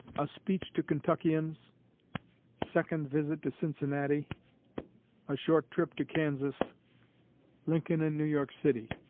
a speech to kentuckians second visit to cincinnati a short trip to kansas lincoln in new york city